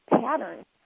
patterns